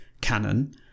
canon